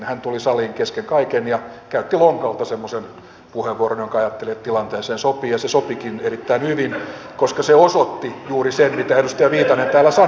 hän tuli saliin kesken kaiken ja käytti lonkalta semmoisen puheenvuoron joska ajatteli että se tilanteeseen sopii ja se sopikin erittäin hyvin koska se osoitti juuri sen mitä edustaja viitanen täällä sanoi todeksi